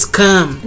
come